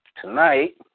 Tonight